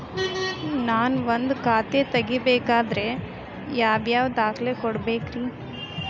ನಾನ ಒಂದ್ ಖಾತೆ ತೆರಿಬೇಕಾದ್ರೆ ಯಾವ್ಯಾವ ದಾಖಲೆ ಕೊಡ್ಬೇಕ್ರಿ?